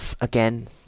again